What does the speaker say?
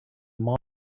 miles